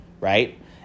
right